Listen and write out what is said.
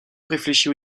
réfléchit